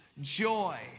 joy